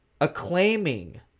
acclaiming